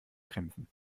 kämpfen